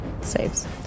Saves